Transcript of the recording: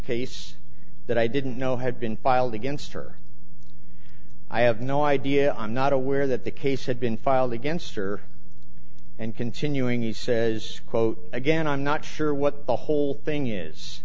case that i didn't know had been filed against her i have no idea i'm not aware that the case had been filed against her and continuing he says quote again i'm not sure what the whole thing is